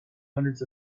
hundreds